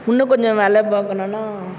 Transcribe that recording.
இன்னும் கொஞ்சம் மேலே பார்க்கணுன்னா